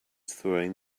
throwing